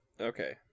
Okay